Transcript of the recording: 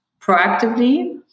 proactively